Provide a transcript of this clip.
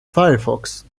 firefox